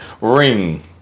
ring